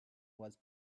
was